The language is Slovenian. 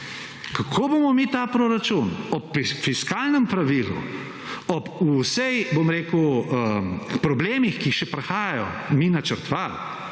Kako bomo mi ta proračun ob fiskalnem pravilu, ob vseh problemih, ki še prihajajo, mi načrtovali,